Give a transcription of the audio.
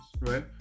right